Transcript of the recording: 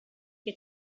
che